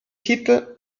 titel